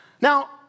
Now